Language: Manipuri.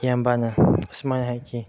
ꯏꯌꯥꯝꯕꯅ ꯑꯁꯨꯃꯥꯏ ꯍꯥꯏꯈꯤ